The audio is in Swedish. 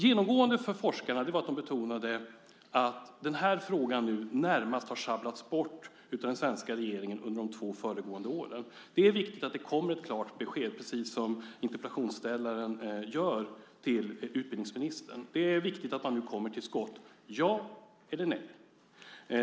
Genomgående för forskarna var att de betonade att den här frågan närmast har sjabblats bort av den svenska regeringen under de två föregående åren. Det är viktigt att det kommer ett klart besked, precis som interpellationsställaren säger till utbildningsministern. Det är viktigt att man nu kommer till skott, ja eller nej.